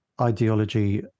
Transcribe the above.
ideology